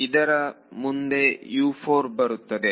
ಇದರ ಮುಂದೆ ಬರುತ್ತೆ